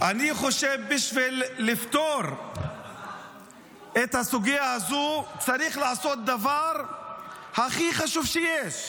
אני חושב שבשביל לפתור את הסוגיה הזו צריך לעשות דבר הכי חשוב שיש,